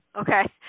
Okay